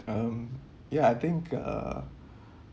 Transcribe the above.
um ya I think uh